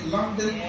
London